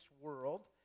world